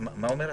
מה אומר הסעיף?